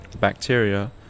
bacteria